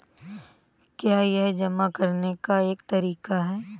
क्या यह जमा करने का एक तरीका है?